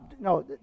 no